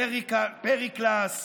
פריקלאס